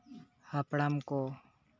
ᱦᱟᱯᱲᱟᱢ ᱠᱚ